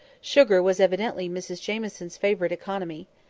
sugar was evidently mrs jamieson's favourite economy.